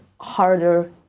harder